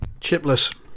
chipless